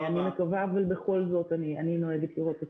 אני מקווה אבל בכל זאת אני נוהגת לראות את